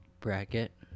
bracket